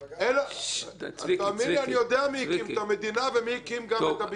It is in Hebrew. אני יודע מי הקים את המדינה ואת הבקעה.